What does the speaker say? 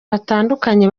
batandukanye